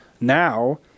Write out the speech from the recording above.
Now